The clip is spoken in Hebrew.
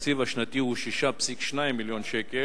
התקציב השנתי הוא 6.2 מיליון שקלים,